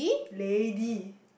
lady